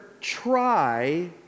try